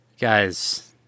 guys